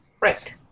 Right